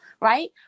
right